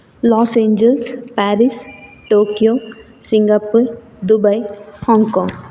Los Angeles Paris Tokyo Singapore Dubai Hong Kong